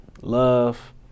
love